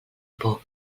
por